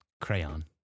Crayon